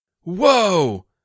Whoa